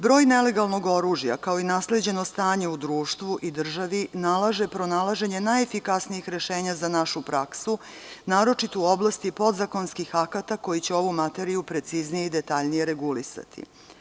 Broj nelegalnog oružja kao i nasleđeno stanje u društvu i državi nalaže pronalaženje najefikasnijih rešenja za našu praksu, naročito u oblasti podzakonskih akata koji je ovu materiju preciznije i detaljnije regulisati.